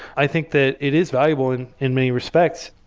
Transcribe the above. i think that it is valuable in in many respects.